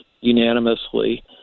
unanimously